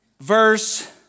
Verse